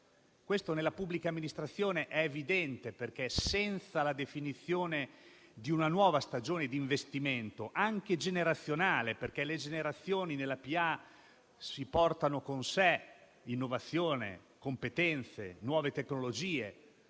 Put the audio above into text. Questo nella pubblica amministrazione è evidente, perché senza la definizione di una nuova stagione di investimento, anche generazionale, perché le nuove generazioni nella pubblica amministrazione portano con sé innovazione, competenze e nuove tecnologie,